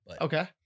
Okay